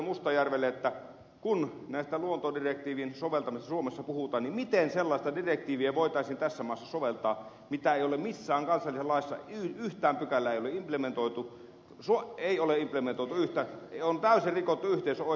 mustajärvelle että kun näistä luontodirektiivin soveltamisista suomessa puhutaan niin miten sellaista direktiiviä voitaisiin tässä maassa soveltaa mitä ei ole missään kansallisessa laissa yhtään pykälää ei ole implementoitu on täysin rikottu yhteisön oikeutta